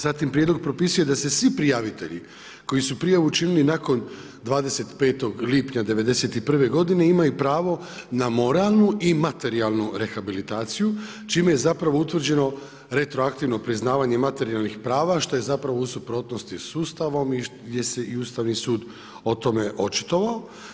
Zatim prijedlog propisuje da se svi prijavitelji koji su prije učinili nakon 25. lipnja '91. godine imaju pravo na moralnu i materijalnu rehabilitaciju čime je utvrđeno retroaktivno priznavanje materijalnih prava što je u suprotnosti s Ustavom i gdje se i Ustavni sud o tome očitovao.